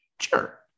sure